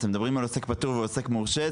אתם מדברים על עוסק פטור ועל עוסק מורשה.